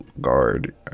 guard